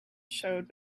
showed